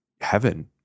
heaven